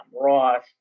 Ross